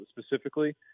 specifically